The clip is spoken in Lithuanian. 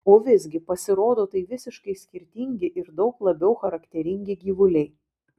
o visgi pasirodo tai visiškai skirtingi ir daug labiau charakteringi gyvuliai